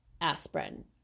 aspirin